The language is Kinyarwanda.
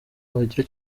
bagira